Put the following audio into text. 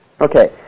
Okay